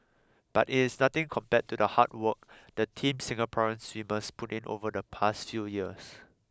but it's nothing compared to the hard work the team Singapore swimmers put in over the past few years